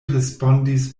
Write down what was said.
respondis